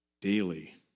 daily